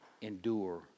endure